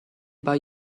bei